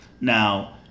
Now